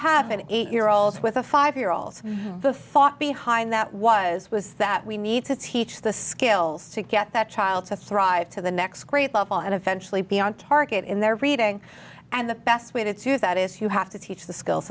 have an eight year olds with a five year olds the thought behind that was was that we need to teach the skills to get that child to thrive to the next great level and eventually be on target in their reading and the best way to use that is you have to teach the skills